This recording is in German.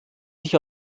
sich